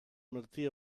martí